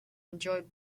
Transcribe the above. enjoyed